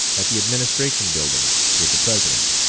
at the administration building, with the president.